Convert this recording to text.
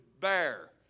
bear